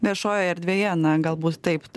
viešojoje erdvėje na galbūt taip